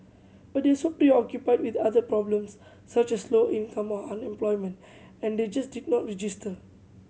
but they are so preoccupied with other problems such as low income or unemployment and they just did not register